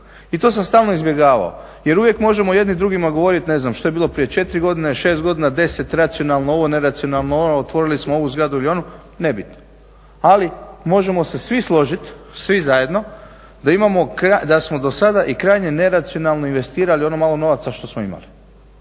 i to sam stalno izbjegavao jer uvijek možemo jedni drugima govoriti ne znam što je bilo prije 4 godine, 6 godina, 10 racionalno ovo, neracionalno ono, otvorili smo ovu zgradu ili onu, nebitno. Ali možemo se svi složiti, svi zajedno, da imamo, da smo dosada i krajnje neracionalno investirali ono malo novaca što smo imali.